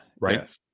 Right